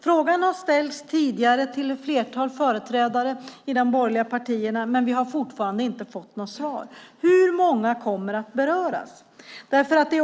Frågan har ställts tidigare till ett flertal företrädare i de borgerliga partierna, men vi har fortfarande inte fått något svar. Hur många kommer att beröras?